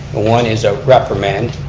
one is a reprimand,